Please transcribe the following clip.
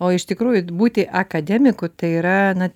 o iš tikrųjų būti akademiku tai yra na